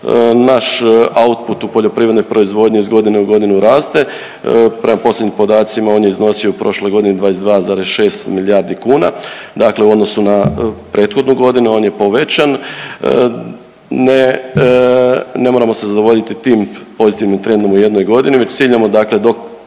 Naš output u poljoprivrednoj proizvodnji iz godine u godinu raste. Prema posljednjim podacima on je iznosio u prošloj godini 22,6 milijardi kuna. Dakle, u odnosu na prethodnu godinu on je povećan. Ne moramo se zadovoljiti tim pozitivnim trendom u jednoj godini već ciljamo, dakle do